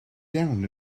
down